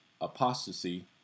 apostasy